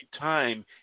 time